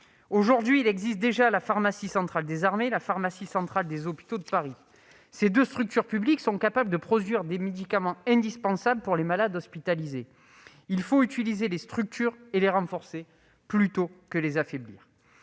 institutions telles que la pharmacie centrale des armées et la pharmacie centrale des hôpitaux de Paris. Ces deux structures publiques sont capables de produire les médicaments indispensables pour les malades hospitalisés. Il faut utiliser ces structures et les renforcer plutôt que de les affaiblir.